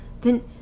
Then